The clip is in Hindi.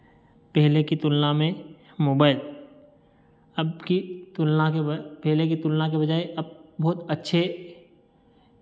पहले की तुलना में मोबाइल अब की तुलना के बाद पहले की तुलना की बजाय अब बहुत अच्छे